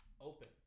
open